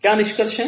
क्या निष्कर्ष हैं